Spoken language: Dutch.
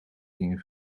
gingen